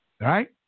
right